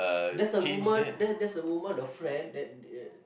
that's a woman that's that's the woman a friend that